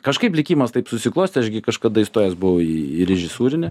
kažkaip likimas taip susiklostė aš gi kažkada įstojęs buvau į į režisūrinę